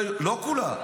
לא כולה.